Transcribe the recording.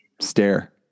stare